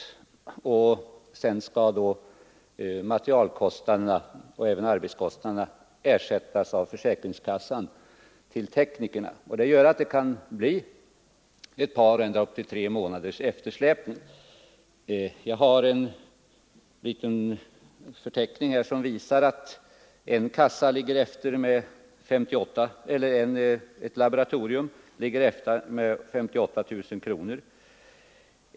Därefter skall utbetalning av ersättningen för materialkostnader och arbetskostnader ske från försäkringskassan till tandteknikerna. Allt detta gör att det kan bli ett par eller ända upp till tre månaders eftersläpning. Jag har en liten förteckning över eftersläpningens storlek vid olika laboratorier. Högst ligger ett laboratorium med 58 000 kronor.